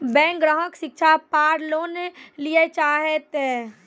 Bank ग्राहक शिक्षा पार लोन लियेल चाहे ते?